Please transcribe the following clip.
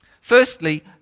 Firstly